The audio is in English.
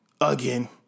again